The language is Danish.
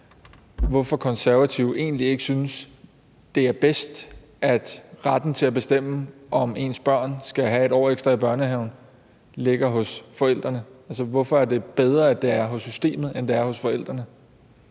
hvorfor Konservative egentlig ikke synes, at det er bedst, at retten til at bestemme, om ens børn skal have 1 år ekstra i børnehave, ligger hos forældrene – altså, hvorfor er det bedre, at det er hos systemet, end at det er hos forældrene?